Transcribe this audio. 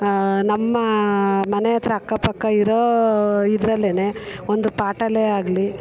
ನಮ್ಮ ಮನೆ ಹತ್ರ ಅಕ್ಕ ಪಕ್ಕ ಇರೋ ಇದ್ರಲ್ಲೆನೆ ಒಂದು ಪಾಟಲ್ಲೇ ಆಗಲಿ